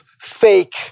fake